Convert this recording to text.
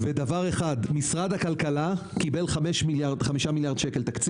דבר אחד: משרד הכלכלה קיבל תקציב של 5 מיליארד ₪.